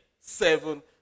Seven